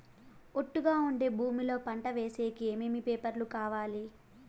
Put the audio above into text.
ఒట్టుగా ఉండే భూమి లో పంట వేసేకి ఏమేమి పేపర్లు కావాలి?